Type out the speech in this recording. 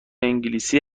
انگلیسی